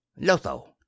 lotho